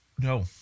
No